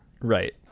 Right